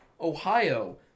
Ohio